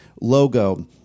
logo